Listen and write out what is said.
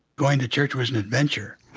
going to church was an adventure